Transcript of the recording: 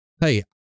hey